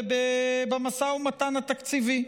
במשא ומתן התקציבי.